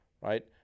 right